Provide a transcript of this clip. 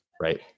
right